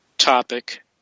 Topic